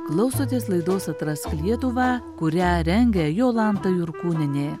klausotės laidos atrask lietuvą kurią rengia jolanta jurkūnienė